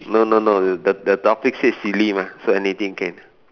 no no no you the the topic said silly mah so anything can